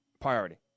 priority